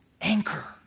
anchor